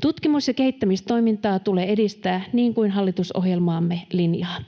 Tutkimus- ja kehittämistoimintaa tulee edistää niin kuin hallitusohjelmamme linjaa.